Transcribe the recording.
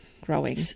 growing